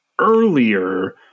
earlier